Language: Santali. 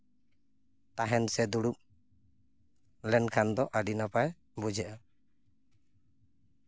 ᱛᱟᱦᱮᱱ ᱥᱮ ᱫᱩᱲᱩᱯ ᱞᱮᱱᱠᱷᱟᱱ ᱫᱚ ᱟᱹᱰᱤ ᱱᱟᱯᱟᱭ ᱵᱩᱡᱷᱟᱹᱜᱼᱟ